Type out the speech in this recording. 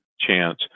chance